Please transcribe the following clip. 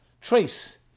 trace